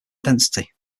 density